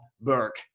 Burke